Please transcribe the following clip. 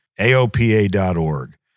AOPA.org